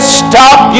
stop